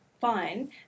Fine